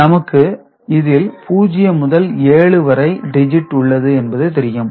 நமக்கு இதில் 0 முதல் 7 வரை டிஜிட் உள்ளது என்பது தெரியும்